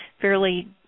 fairly